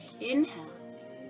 Inhale